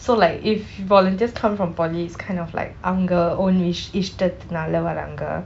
so like if volunteers come from poly it's kind of like அவங்க:avanka own இஷ் இஷ்டத்தினாலை வராங்க:ish ishtathinalei varanka